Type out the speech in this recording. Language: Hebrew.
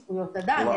יש זכויות אדם,